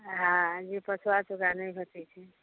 हॅं जे पाछा रहै छै ओकरा नहि भेटै छै